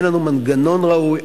אין לנו מנגנון ראוי,